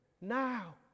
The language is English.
now